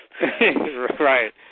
Right